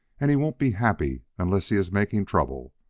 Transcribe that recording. and he won't be happy unless he is making trouble.